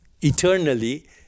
eternally